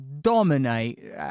dominate